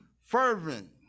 fervent